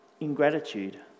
ingratitude